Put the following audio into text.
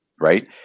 Right